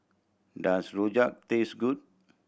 does rojak taste good